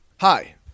Hi